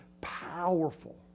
powerful